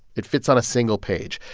it fits on a single page.